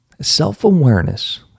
Self-awareness